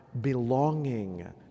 belonging